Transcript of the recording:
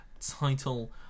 title